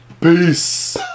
Peace